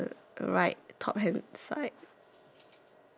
there's a green color house with